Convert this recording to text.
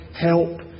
help